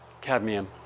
cadmium